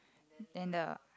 then the